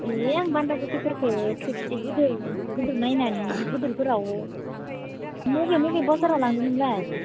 ए आं बान्दाखबिफोरखो एसे गोदोर नायनानै गोदोरफोराव मबे मबे बाजाराव लाङो नोंलाय